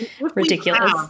ridiculous